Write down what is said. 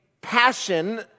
passion